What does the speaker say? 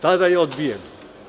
Tada je odbijeno.